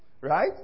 Right